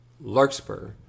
Larkspur